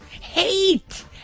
hate